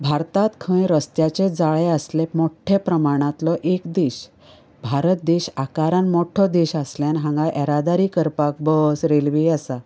भारतांत खंय रस्त्याचे जाळें आसले मोट्या प्रमाणांतलो एक देश भारत देश आकारान मोठो देश आसल्यान हांगा येरादारी करपाक बस रेल्वे आसा